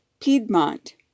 Piedmont